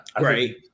Right